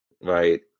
Right